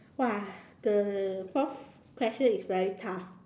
!wah! the fourth question is very tough